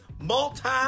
multi-